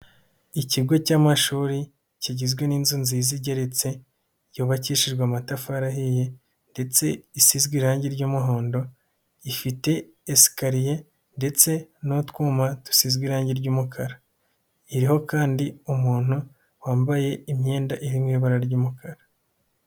Ikigo cy'amashuri kigizwe n'inzu nziza igeretse. Yubakishijwe amatafari ahiye ndetse isizwe irangi ry'umuhondo. Ifite esikariye ndetse n'utwuma dusize irangi ry'umukara. Iriho kandi umuntu wambaye imyenda iri mu ibara ry'umukara.